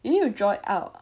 you need to draw it out